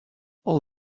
all